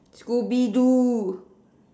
scooby-doo